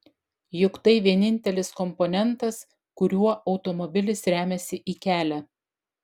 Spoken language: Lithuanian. juk tai vienintelis komponentas kuriuo automobilis remiasi į kelią